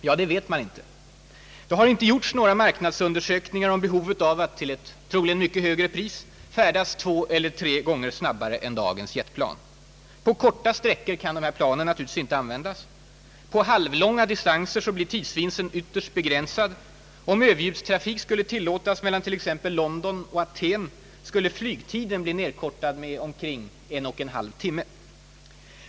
Ja, det vet man inte. Det har inte gjorts några marknadsundersökningar om behovet av att — troligen till ett mycket högre pris — färdas två eller tre gånger snabbare än i dagens jetplan. På kortare sträckor kan dessa plan givetvis inte användas. På halvlånga distanser blir tidsvinsten ytterst begränsad — om Ööverljudstrafik skulle tillåtas mellan t.ex. London och Aten skulle själva flygtiden bli nedkortad med omkring en och en halv timme.